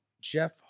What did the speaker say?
Jeff